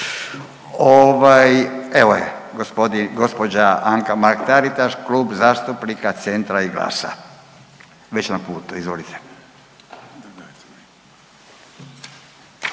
evo je, g., gđa. Anka Mrak-Taritaš, Klub zastupnika Centra i GLAS-a, već na putu, izvolite.